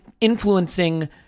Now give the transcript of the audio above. influencing